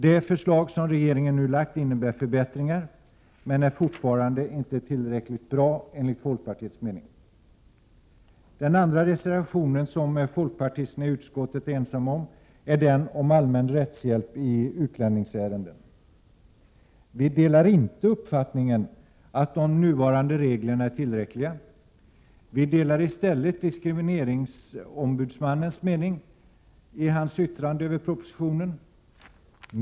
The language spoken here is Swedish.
Det förslag som regeringen nu framlagt innebär förbättringar, men är inte tillräckligt bra. Den andra reservation som folkpartisterna i utskottet är ensamma om är den som handlar om allmän rättshjälp i utlänningsärenden. Vi delar inte uppfattningen att de nuvarande reglerna är tillräckliga, utan vi delar i stället diskrimineringsombudsmannens mening i hans yttrande över propositionen.